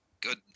good